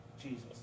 Jesus